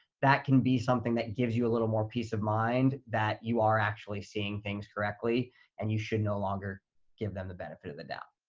that can be something that gives you a little more peace of mind that you are actually seeing things correctly and you should no longer give them the benefit of the doubt.